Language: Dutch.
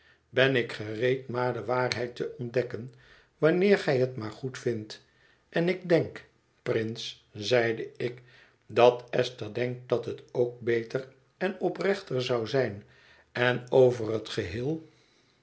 ben ik gereed ma de waarheid te ontdekken wanneer gij het maar goedvindt en ik denk prince zeide ik dat esther denkt dat het ook beter en oprechter zou zijn en over het geheel